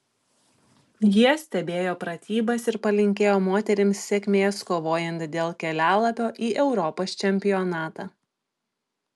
jie stebėjo pratybas ir palinkėjo moterims sėkmės kovojant dėl kelialapio į europos čempionatą